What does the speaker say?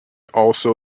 also